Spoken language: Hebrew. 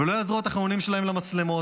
ולא יעזרו התחנונים שלהם למצלמות.